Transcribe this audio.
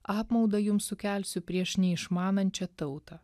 apmaudą jums sukelsiu prieš neišmanančią tautą